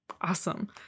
Awesome